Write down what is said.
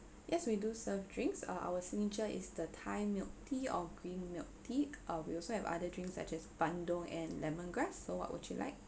yes we do serve drinks uh our signature is the thai milk tea or green milk tea uh we also have other drinks such as bandung and lemongrass so what would you like